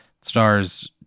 stars